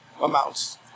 amounts